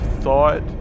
thought